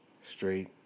straight